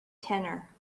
tenor